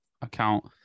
account